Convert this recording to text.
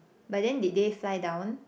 but then did they fly down